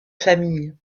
famille